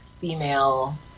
female